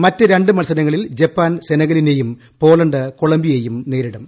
മറ്റ് രണ്ട് മത്സരങ്ങളിൽ ജപ്പാൻ സെനഗലിനെയും പോളണ്ട് കൊളംബിയയെയും നേരിടും